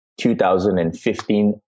2015